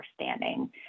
understanding